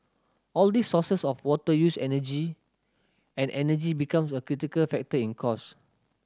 all these sources of water use energy and energy becomes a critical factor in cost